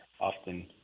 often